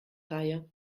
reihe